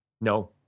no